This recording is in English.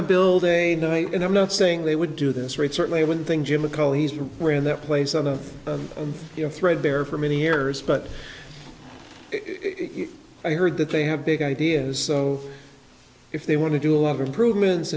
to build a night and i'm not saying they would do this or it certainly one thing jim mccoll here were in that place of the thread there for many years but i heard that they have big ideas so if they want to do a lot of improvements